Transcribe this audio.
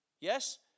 Yes